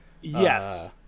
Yes